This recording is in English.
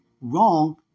wrong